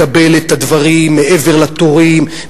מקבל את הדברים מעבר לתורים,